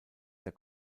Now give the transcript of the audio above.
der